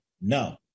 no